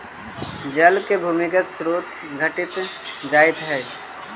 जल के भूमिगत स्रोत घटित जाइत हई